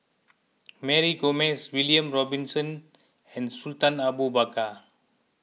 Mary Gomes William Robinson and Sultan Abu Bakar